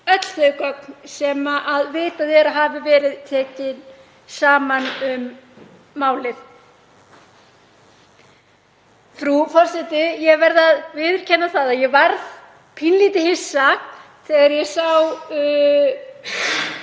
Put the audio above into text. öll þau gögn sem vitað er að hafi verið tekin saman um málið. Frú forseti. Ég verð að viðurkenna að ég varð pínulítið hissa þegar ég sá